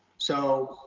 so,